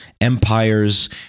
Empires